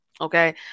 Okay